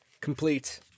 Complete